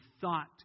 thought